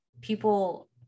people